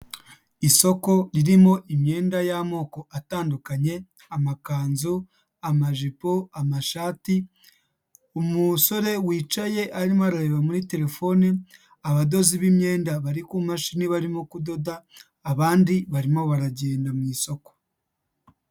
Isoko ririmo imyenda y'amoko atandukanye, amakanzu amajipo, amashati, umusore wicaye arimo arareba muri telefoni, abadozi b'imyenda bari kumashini, barimo kudoda abandi barimo baragenda mu isoko.